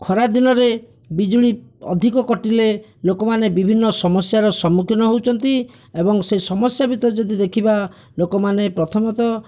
ଖରାଦିନରେ ବିଜୁଳି ଅଧିକ କଟିଲେ ଲୋକମାନେ ବିଭିନ୍ନ ସମସ୍ୟାର ସମ୍ମୁଖୀନ ହେଉଛନ୍ତି ଏବଂ ସେହି ସମସ୍ୟା ଭିତରେ ଯଦି ଦେଖିବା ଲୋକମାନେ ପ୍ରଥମତଃ